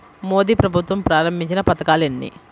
మోదీ ప్రభుత్వం ప్రారంభించిన పథకాలు ఎన్ని?